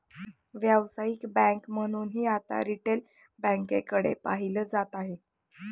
व्यावसायिक बँक म्हणूनही आता रिटेल बँकेकडे पाहिलं जात आहे